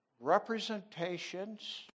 representations